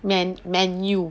men~ menu